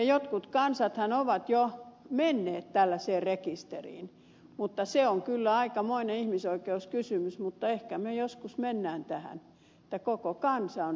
jotkut kansathan ovat jo menneet tällaiseen rekisteriin mutta se on kyllä aikamoinen ihmisoikeuskysymys mutta ehkä me joskus menemme tähän että koko kansa on rekisterissä